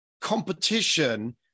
competition